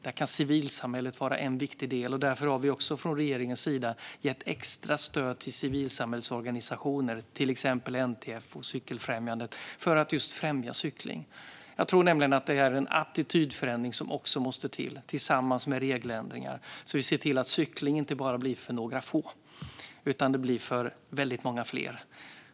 Där kan civilsamhället vara en viktig del, och därför har vi från regeringens sida gett extra stöd till civilsamhällesorganisationer, till exempel NTF och Cykelfrämjandet, för att just främja cykling. Det måste också till en attitydförändring tillsammans med regeländringar, så att cykling inte blir för några få utan för många fler.